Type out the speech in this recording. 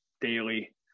daily